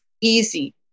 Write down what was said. easy